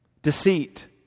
Deceit